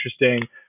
interesting